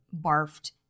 barfed